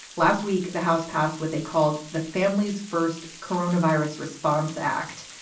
last week, the house passed what they called the family's first coronavirus response act.